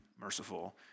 merciful